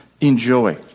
enjoy